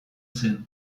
zen